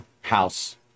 house